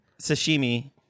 sashimi